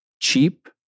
cheap